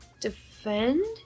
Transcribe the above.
Defend